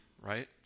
right